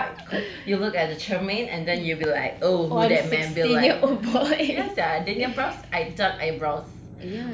so you wake up you look at the cermin and then you'll be like oh be that man be like ya sia then eyebrows I've dark eyebrows